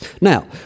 Now